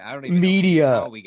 media